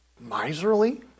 miserly